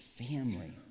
family